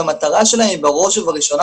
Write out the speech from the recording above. והמטרה שלהם היא בראש ובראשונה,